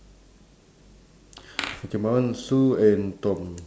okay my one sue and tom